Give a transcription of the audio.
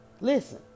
Listen